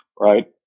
Right